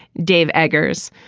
dave eggers.